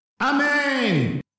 Amen